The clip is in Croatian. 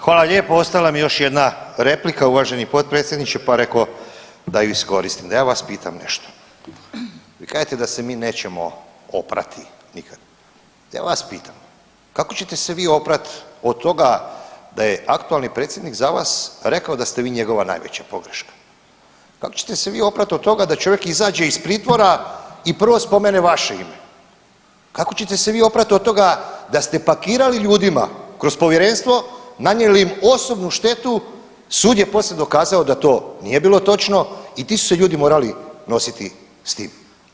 Hvala lijepa, ostala mi još jedna replika uvaženi potpredsjedniče pa reko da ju iskoristim, da ja vas pitam nešto, vi kažete da se mi nećemo oprati nikad, ja vas pitam kako ćete se vi oprat od toga da je aktualni predsjednik za vas rekao da ste vi njegova najveća pogreška, kako ćete se vi oprat od toga da čovjek iziđe iz pritvora i prvo spomene vaše ime, kako ćete se vi oprati od toga da ste pakirali ljudima kroz povjerenstvo, nanijeli osobnu štetu, sud je poslije dokazao da to nije bilo točno i ti su se ljudi morali nositi s tim.